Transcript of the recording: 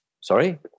Sorry